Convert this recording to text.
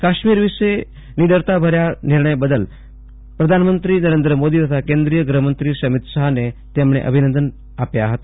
કાશ્મીર વિશે નીડરતાભર્યા નિર્ણય લેવા બદલ પ્રધાનમંત્રી નરેન્દ્ર મોદી તથા કેન્દ્રીય ગૃહમંત્રી અમિત શાફને તેમણે અભિનંદન આપ્યા હતા